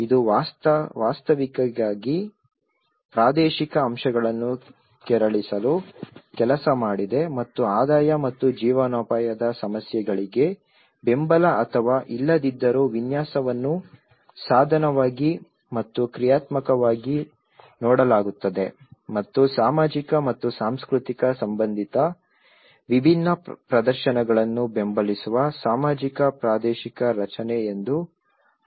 ಇದು ವಾಸ್ತವಿಕವಾಗಿ ಪ್ರಾದೇಶಿಕ ಅಂಶಗಳನ್ನು ಕೆರಳಿಸಲು ಕೆಲಸ ಮಾಡಿದೆ ಮತ್ತು ಆದಾಯ ಮತ್ತು ಜೀವನೋಪಾಯದ ಸಮಸ್ಯೆಗಳಿಗೆ ಬೆಂಬಲ ಅಥವಾ ಇಲ್ಲದಿದ್ದರೂ ವಿನ್ಯಾಸವನ್ನು ಸಾಧನವಾಗಿ ಮತ್ತು ಕ್ರಿಯಾತ್ಮಕವಾಗಿ ನೋಡಲಾಗುತ್ತದೆ ಮತ್ತು ಸಾಮಾಜಿಕ ಮತ್ತು ಸಾಂಸ್ಕೃತಿಕ ಸಂಬಂಧಿತ ವಿಭಿನ್ನ ಪ್ರದರ್ಶನಗಳನ್ನು ಬೆಂಬಲಿಸುವ ಸಾಮಾಜಿಕ ಪ್ರಾದೇಶಿಕ ರಚನೆ ಎಂದು ಅರ್ಥೈಸಿಕೊಳ್ಳಬಹುದು